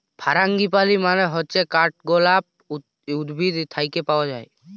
ফারাঙ্গিপালি মানে হচ্যে কাঠগলাপ উদ্ভিদ থাক্যে পায়